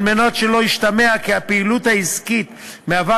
על מנת שלא ישתמע כי הפעילות העסקית מהווה